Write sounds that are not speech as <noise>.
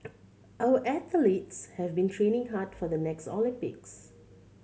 <noise> our athletes have been training hard for the next Olympics